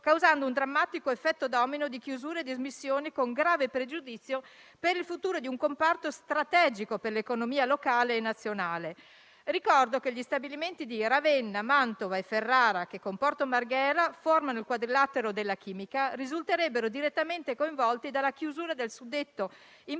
causando un drammatico effetto domino di chiusura e dismissioni, con grave pregiudizio per il futuro di un comparto strategico per l'economia locale e nazionale. Ricordo che gli stabilimenti di Ravenna, Mantova e Ferrara, che con Porto Marghera formano il quadrilatero della chimica, risulterebbero direttamente coinvolti dalla chiusura del suddetto impianto,